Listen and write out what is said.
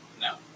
No